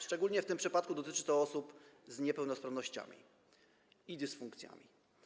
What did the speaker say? Szczególnie w tym przypadku dotyczy to osób z niepełnosprawnościami i dysfunkcjami.